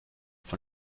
von